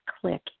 click